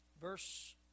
verse